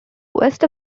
west